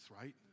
right